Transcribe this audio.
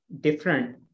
different